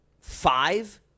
five